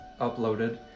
uploaded